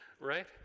Right